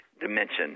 dimension